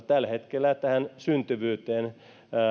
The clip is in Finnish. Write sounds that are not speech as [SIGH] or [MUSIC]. [UNINTELLIGIBLE] tällä hetkellä yhteiskunnassa keskeisesti syntyvyyteen